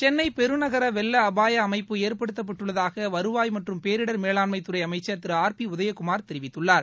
சென்னை பெருநகர வெள்ள அபாய அமைப்பு ஏற்படுத்தப்பட்டுள்ளதாக வருவாய் மற்றும் பேரிடர் மேலாண்மை துறை அமைச்சர் திரு ஆர் பி உதயகுமார் தெரிவித்துள்ளார்